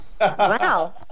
Wow